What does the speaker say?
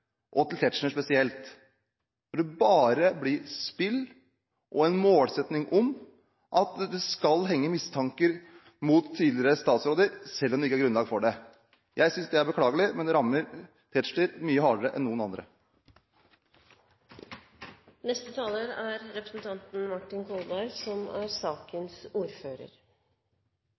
og til Tetzschner spesielt. Det blir bare spill og en målsetting om at det skal henge igjen mistanker mot tidligere statsråder, selv om det ikke er grunnlag for det. Jeg synes det er beklagelig, men det rammer Tetzschner mye hardere enn noen